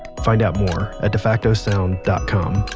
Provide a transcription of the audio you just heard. find out more at defactosound dot com.